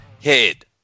head